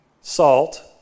salt